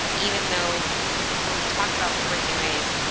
even though when we talk about what we're doing,